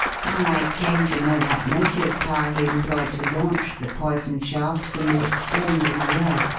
how i came to know what motive power he employed to launch the poisoned shaft can be explained in a word.